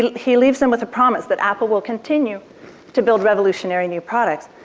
he leaves them with the promise that apple will continue to build revolutionary new products.